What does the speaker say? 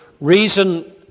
reason